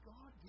God